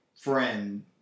friend